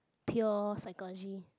pure psychology